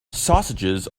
sausages